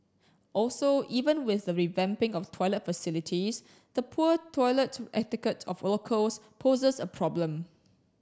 also even with the revamping of toilet facilities the poor toilet etiquette of locals poses a problem